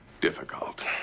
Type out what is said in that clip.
difficult